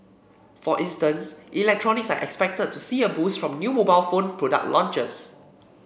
for instance electronics are expected to see a boost from new mobile phone product launches